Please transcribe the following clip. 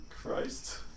Christ